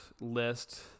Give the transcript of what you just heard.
list